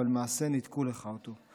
אבל למעשה ניתקו לך אותו,